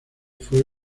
fue